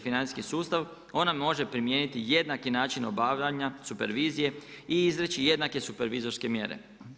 financijski sustav ona može primijeniti jednaki način obavljanja supervizije i izreći jednake supervizorske mjere.